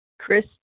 Chris